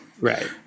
Right